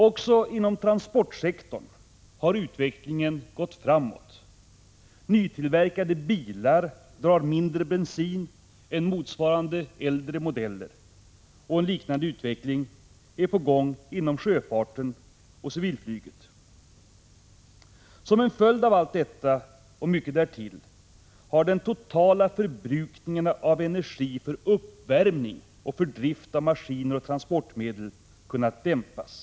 Också inom transportsektorn har utvecklingen gått framåt. Nytillverkade bilar drar mindre bensin än motsvarande äldre modeller. En liknande utveckling är på gång inom sjöfarten och civilflyget. Som en följd av detta och mycket därtill har den totala förbrukningen av energi för uppvärmning och för drift av maskiner och transportmedel kunnat dämpas.